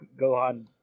Gohan